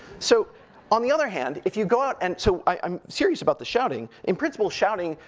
so on the other hand, if you go out, and so i'm serious about the shouting. in principle, shouting,